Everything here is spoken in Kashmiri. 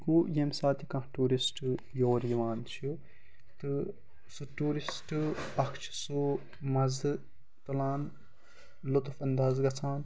گوٚو ییٚمہِ ساتہٕ تہِ کانٛہہ ٹوٗرِسٹ یور یِوان چھِ تہٕ سُہ ٹوٗرِسٹ اکھ چھِ سُہ مَزٕ تُلان لُطف اَنداز گژھان